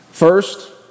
First